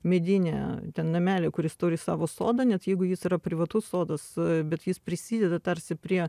medinį ten namelį kuris turi savo sodą net jeigu jis yra privatus sodas bet jis prisideda tarsi prie